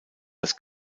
das